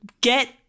get